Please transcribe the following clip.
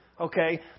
okay